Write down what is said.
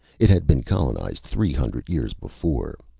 it had been colonized three hundred years before.